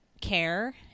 care